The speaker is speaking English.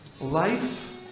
life